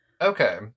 Okay